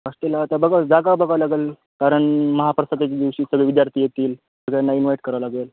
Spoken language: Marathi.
हॉस्टेल आता बघा जागा बघावं लागेल कारण महाप्रसादच्या दिवशी सगळे विद्यार्थी येतील सगळ्यांना इन्वाईट करावं लागेल